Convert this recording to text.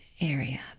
area